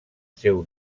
seu